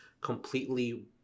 completely